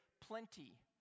plenty